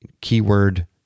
Keyword